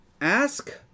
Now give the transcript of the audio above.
Ask